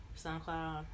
SoundCloud